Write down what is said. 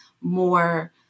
more